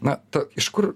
na ta iš kur